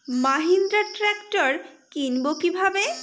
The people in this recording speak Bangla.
মাহিন্দ্রা ট্র্যাক্টর কিনবো কি ভাবে?